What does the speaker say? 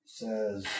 says